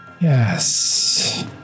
Yes